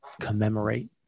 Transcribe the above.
commemorate